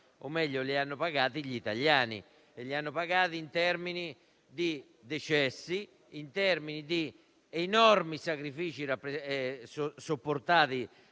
Grazie,